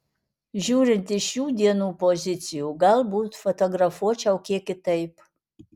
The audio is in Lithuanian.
žiūrint iš šių dienų pozicijų galbūt fotografuočiau kiek kitaip